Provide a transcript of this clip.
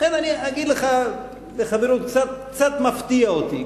לכן אני אגיד לך, בחברות, קצת מפתיע אותי.